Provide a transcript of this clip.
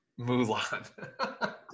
Mulan